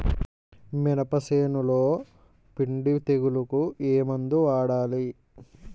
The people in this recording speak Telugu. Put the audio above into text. మినప చేనులో పిండి తెగులుకు ఏమందు వాడాలి?